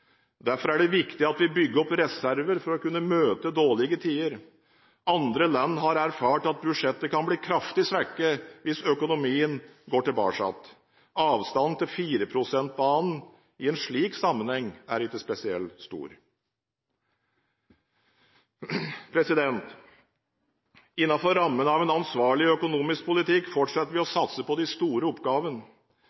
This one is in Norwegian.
Derfor er det viktig at vi bygger opp reserver for å kunne møte dårlige tider. Andre land har erfart at budsjettet kan bli kraftig svekket ved et økonomisk tilbakeslag. Avstanden til 4 pst.-banen er i en slik sammenheng ikke spesielt stor. Innenfor rammene av en ansvarlig økonomisk politikk fortsetter vi å